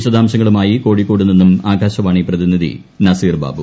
വിശദാംശങ്ങളുമായി കോഴിക്കോട് നിന്നും ആകാശവാണി പ്രതിനിധി നസീർ ബാബു